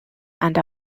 and